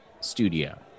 Studio